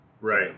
Right